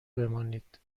بمانید